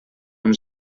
amb